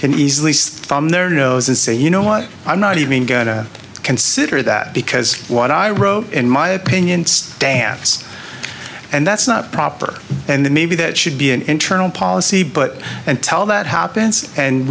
can easily see from their nose and say you know what i'm not even going to consider that because what i wrote in my opinion stands and that's not proper and the maybe that should be an internal policy but and tell that happens and